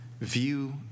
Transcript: view